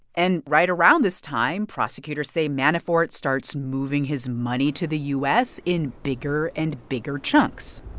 and right around this time prosecutors say manafort starts moving his money to the u s. in bigger and bigger chunks.